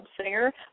Singer